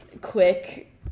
quick